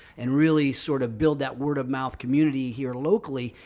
and really sort of build that word of mouth community here locally.